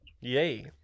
Yay